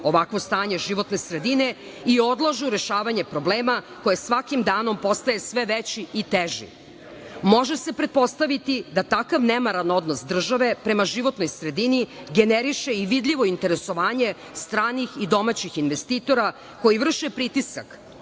ovakvo stanje životne sredine i odlažu rešavanje problema koje svaki danom postaje sve veći i teži. Može se pretpostaviti da takav nemaran odnos države prema životnoj sredini generiše i vidljivo interesovanje stranih i domaćih investitora koji vrše pritisak